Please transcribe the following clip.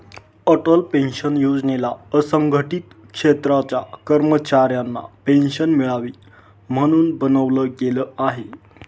Atal pension योजनेला असंघटित क्षेत्राच्या कर्मचाऱ्यांना पेन्शन मिळावी, म्हणून बनवलं गेलं आहे